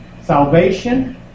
salvation